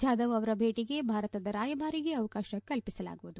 ಜಾಧವ್ ಅವರ ಭೇಟಿಗೆ ಭಾರತದ ರಾಯಭಾರಿಗೆ ಅವಕಾಶ ಕಲ್ಪಿಸಲಾಗುವುದು